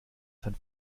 sein